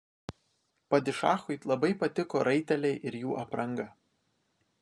padišachui labai patiko raiteliai ir jų apranga